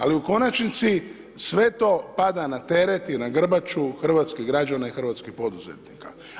Ali u konačnici sve to pada na teret i na grbaču hrvatskih građana i hrvatskih poduzetnika.